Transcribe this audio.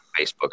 Facebook